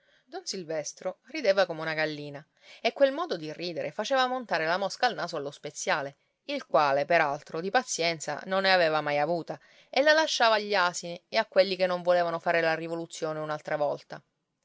don silvestro rideva come una gallina e quel modo di ridere faceva montare la mosca al naso allo speziale il quale per altro di pazienza non ne aveva mai avuta e la lasciava agli asini e a quelli che non volevano fare la rivoluzione un'altra volta